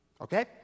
Okay